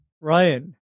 ryan